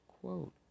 quote